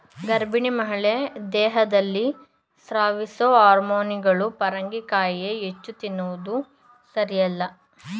ಗರ್ಭಿಣಿ ಮಹಿಳೆ ದೇಹದಲ್ಲಿ ಸ್ರವಿಸೊ ಹಾರ್ಮೋನುಗಳು ಪರಂಗಿಕಾಯಿಯ ಹೆಚ್ಚು ತಿನ್ನುವುದು ಸಾರಿಯಲ್ಲ